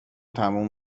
تموم